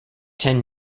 ten